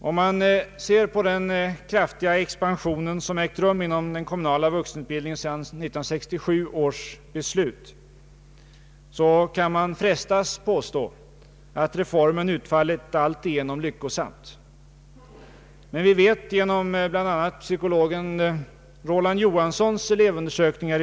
Om man ser på den kraftiga expansion som ägt rum inom den kommunala vuxenutbildningen sedan 1967 års beslut, kan man frestas påstå att reformen utfallit alltigenom lyckosamt. Jag vill erinra om psykologen Roland Johanssons elevundersökningar.